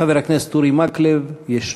חבר הכנסת אורי מקלב, ישנו.